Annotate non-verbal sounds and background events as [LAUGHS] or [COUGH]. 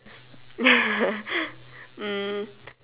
[LAUGHS] um